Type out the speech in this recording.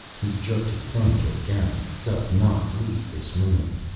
he jerked his thumb toward garin, does not leave this room.